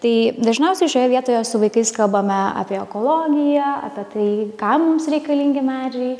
tai dažniausiai šioje vietoje su vaikais kalbame apie ekologiją apie tai kam mums reikalingi medžiai